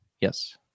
Yes